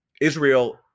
Israel